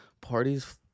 parties